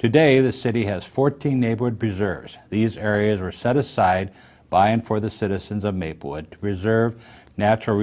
today the city has fourteen neighborhood preserves these areas are set aside by and for the citizens of maplewood reserve natural